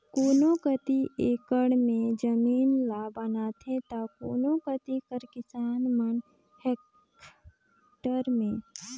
कोनो कती एकड़ में जमीन ल बताथें ता कोनो कती कर किसान मन हेक्टेयर में